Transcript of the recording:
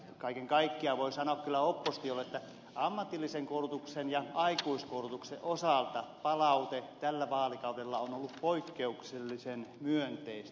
kaiken kaikkiaan voin sanoa kyllä oppositiolle että ammatillisen koulutuksen ja aikuiskoulutuksen osalta palaute tällä vaalikaudella on ollut poikkeuksellisen myönteistä